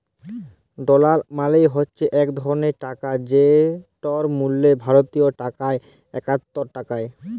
dollar মালে হছে ইক ধরলের টাকা যেটর মূল্য ভারতীয় টাকায় একাত্তর টাকা